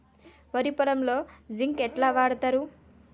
వరి పొలంలో జింక్ ఎట్లా వాడుతరు?